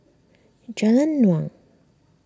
Jalan Naung